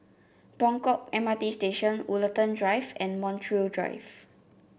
Buangkok M R T Station Woollerton Drive and Montreal Drive